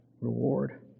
reward